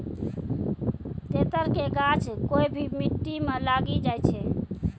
तेतर के गाछ कोय भी मिट्टी मॅ लागी जाय छै